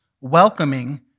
welcoming